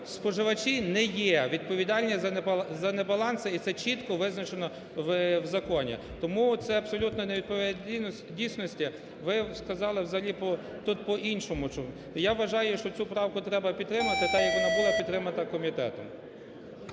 Споживачі не є відповідальні за небаланси, і це чітко визначено в законі. Тому це абсолютно не відповідає дійсності. Ви сказали, взагалі, тут по-іншому. Я вважаю, що цю правку треба підтримати, так як вона була підтримана комітетом.